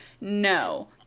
No